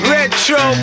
Retro